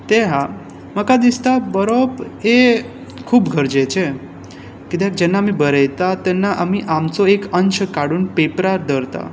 ते आसा म्हाका दिसता बरो हें खूब गरजेचें कित्याक जेन्ना आमी बरयतात तेन्ना आमी आमचो एक अंश काडून पेपरार धरता